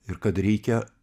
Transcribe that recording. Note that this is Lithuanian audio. ir kad reikia